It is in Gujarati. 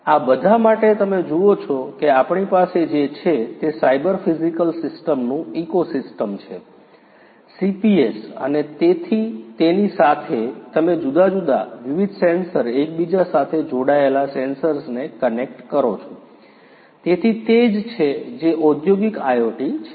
આ બધા માટે તમે જુઓ છો કે આપણી પાસે જે છે તે સાયબર ફિઝિકલ સિસ્ટમ્સનું ઇકોસિસ્ટમ છે CPS અને તેની સાથે તમે જુદા જુદા વિવિધ સેન્સર એકબીજા સાથે જોડાયેલા સેન્સર્સને કનેક્ટ કરો છો તેથી તે જ છે જે ઔદ્યોગિક IoT છે